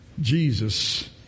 Jesus